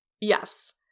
Yes